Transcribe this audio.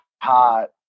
hot